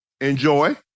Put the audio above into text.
Enjoy